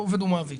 עובד או מעביד,